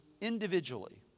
individually